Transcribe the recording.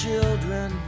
Children